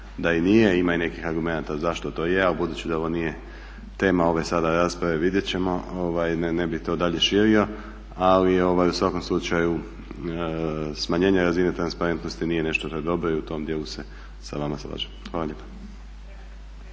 da i nije, ima i nekih argumenata zašto to je ali budući da ovo nije tema ove sada rasprave vidjet ćemo. Ne bi to dalje širio. Ali u svakom slučaju smanjenje razine transparentnosti nije nešto što je dobro i u tom djelu se sa vama slažem. Hvala lijepa.